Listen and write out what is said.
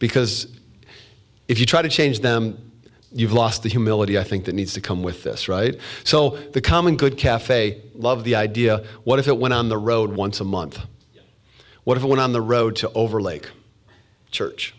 because if you try to change them you've lost the humility i think that needs to come with this right so the common good caf love the idea what if it went on the road once a month what if it went on the road to overlake church